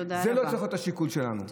זה לא צריך להיות השיקול שלנו.